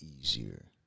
easier